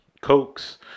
Cokes